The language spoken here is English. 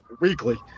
weekly